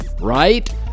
right